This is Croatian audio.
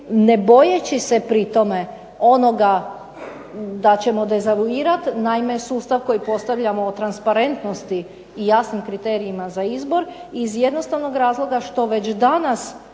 Ne bojeći se pri tome onoga da ćemo dezavuirati. Naime, sustav koji postavljamo o transparentnosti i jasnim kriterijima za izbor iz jednostavnog razloga što već danas